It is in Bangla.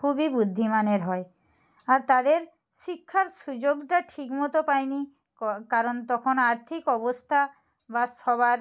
খুবই বুদ্ধিমানের হয় আর তাদের শিক্ষার সুযোগটা ঠিক মতো পায় নি ক কারণ তখন আর্থিক অবস্থা বা সবার